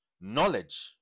Knowledge